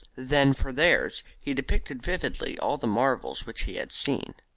than for theirs he depicted vividly all the marvels which he had seen